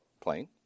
plane